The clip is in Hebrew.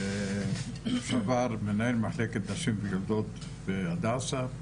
לשעבר מנהל מחלקת נשים ויולדות בהדסה.